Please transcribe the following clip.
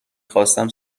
خواستم